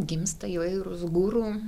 gimsta įvairūs guru